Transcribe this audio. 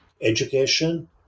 education